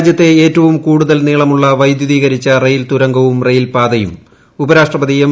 രാജ്യത്തെ ഏറ്റവും ീകൂടുതൽ നീളമുള്ള വൈദ്യുതീകരിച്ച റെയിൽ തുരങ്കവും റെയിൽ പാതയും ഉപരാഷ്ട്രപതി എം